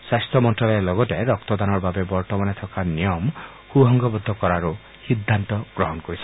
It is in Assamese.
স্বাস্থ্য মন্ত্যালয়ে লগতে ৰক্তদানৰ বাবে বৰ্তমানে থকা নিয়মক সুসংঘবদ্ধ কৰাৰো সিদ্ধান্ত গ্ৰহণ কৰিছে